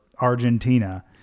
Argentina